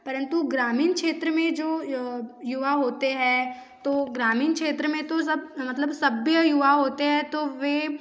परंतु ग्रामीण क्षेत्र में जो युवा होते हैं तो ग्रामीण क्षेत्र में तो सब मतलब युवा होते हैं तो वे